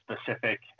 specific